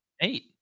Eight